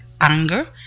anger